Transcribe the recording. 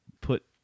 put